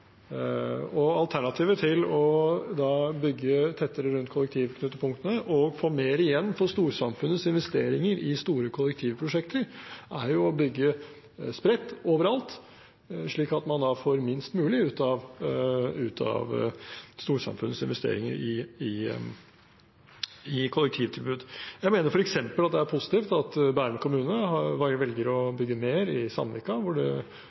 Alternativet til å bygge tettere rundt kollektivknutepunktene og få mer igjen for storsamfunnets investeringer i store kollektivprosjekter, er å bygge spredt overalt, slik at man får minst mulig ut av storsamfunnets investeringer i kollektivtilbud. Jeg mener f.eks. det er positivt at Bærum kommune velger å bygge mer i Sandvika, hvor det er investert mye i dobbeltsporet jernbane vestover fra Oslo. På samme vis vil E18-prosjektet kunne bidra til at det